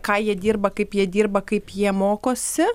ką jie dirba kaip jie dirba kaip jie mokosi